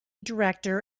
director